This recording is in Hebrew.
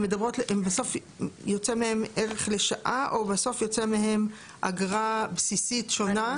בסוף יוצא מהן ערך לשעה או בסוף יוצא מהן אגרה בסיסית שונה?